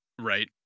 Right